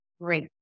great